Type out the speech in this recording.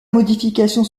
modifications